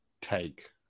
take